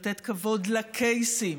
לתת כבוד לקייסים,